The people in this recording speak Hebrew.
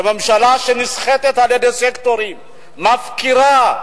של ממשלה שנסחפת על סקטורים ומפקירה,